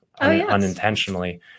unintentionally